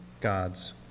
God's